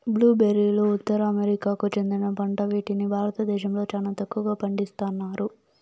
blue బెర్రీలు ఉత్తర అమెరికాకు చెందిన పంట వీటిని భారతదేశంలో చానా తక్కువగా పండిస్తన్నారు